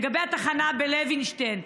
התחנה בלוינשטיין.